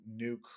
nuke